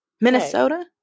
Minnesota